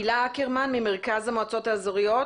הילה אקרמן ממרכז המועצות האזוריות.